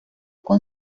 con